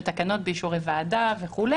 בתקנות באישורי ועדה וכו'.